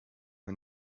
her